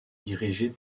dirigée